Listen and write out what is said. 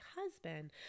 husband